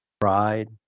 Pride